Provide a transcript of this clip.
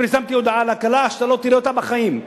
פרסמתי הודעה על הקלה שאתה לא תראה אותה בחיים.